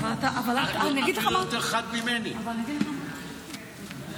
מטי צרפתי הרכבי, דבי ביטון, חבר הכנסת גואטה.